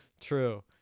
True